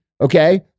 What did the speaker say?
okay